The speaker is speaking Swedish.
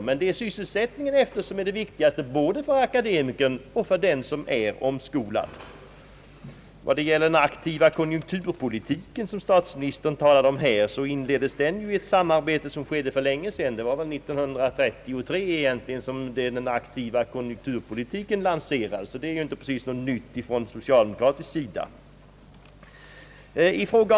Men det är sysselsättningen efteråt som är det viktigaste, både för akademikern och för den som är omskolad. Den aktiva konjunkturpolitiken, som statsministern talade om här, inleddes ju genom ett samarbete mellan det parti som jag tillhör och socialdemokraterna som skedde för länge sedan. Det var egentligen år 1933, som den aktiva konjunkturpolitiken lanserades. Det är ju inte precis något nytt från socialdemokratisk sida.